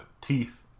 teeth